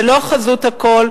זה לא חזות הכול,